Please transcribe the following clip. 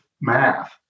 math